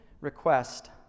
request